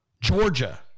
Georgia